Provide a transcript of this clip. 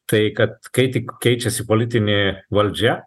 tai kad kai tik keičiasi politinė valdžia